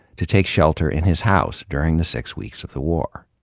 to take shelter in his house during the six weeks of the war.